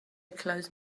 close